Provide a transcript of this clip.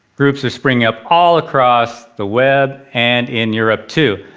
groups are springing up all across the web and in europe too.